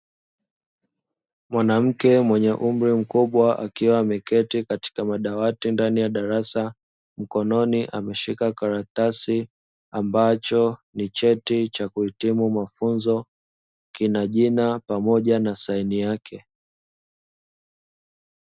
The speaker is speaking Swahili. Mwanamke mwenye umri mkubwa akiwa ameketi katika madawati ndani ya darasa, mkononi ameshika karatasi ambalo ni cheti cha kuhitimu mafunzo, kina jina pamoja na saini yake.